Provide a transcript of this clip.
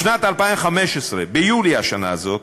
בשנת 2015, ביולי השנה הזאת,